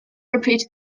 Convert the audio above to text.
repeated